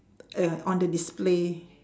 uh on the display